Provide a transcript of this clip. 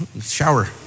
Shower